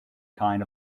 kind